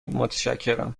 متشکرم